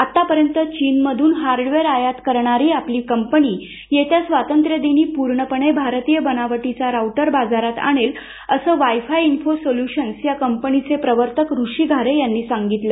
आतापर्यंत चीन मधून हार्डवेअर आयात करणारी आपली कंपनी येत्या स्वातंत्र्यदिनी पूर्णपणे भारतीय बनावटीचा राउटर बाजारात आणेल असं वाय फाय इन्फो सोल्युशन्स या कंपनीचे प्रवर्तक ऋषी घारे यांनीसांगितलं